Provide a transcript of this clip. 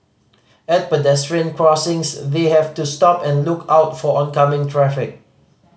at pedestrian crossings they have to stop and look out for oncoming traffic